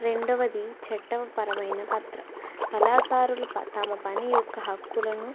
రెండవది చట్టపరమైన పత్ర కళాకారుల ప తమ పని యొక్క హక్కులను